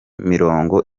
mirongo